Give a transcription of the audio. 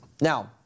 Now